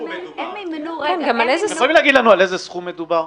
אתם יכולים לומר לנו על איזה סכום מדובר?